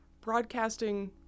broadcasting